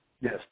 Yes